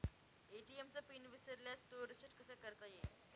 ATM चा pin विसरल्यास तो रिसेट कसा करता येईल?